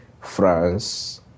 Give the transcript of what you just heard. France